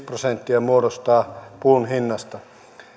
prosenttia muodostuu tukin hinnasta